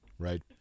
right